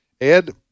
Ed